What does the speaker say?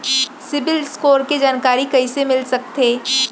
CIBIL score के जानकारी कइसे मिलिस सकथे?